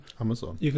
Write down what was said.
Amazon